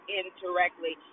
indirectly